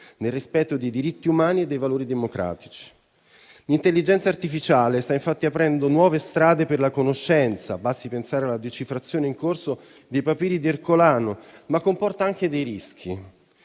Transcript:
nel rispetto dei diritti umani e dei valori democratici. L'intelligenza artificiale sta infatti aprendo nuove strade per la conoscenza (basti pensare alla decifrazione in corso dei papiri di Ercolano), ma comporta anche dei rischi